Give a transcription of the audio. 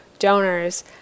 donors